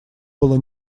было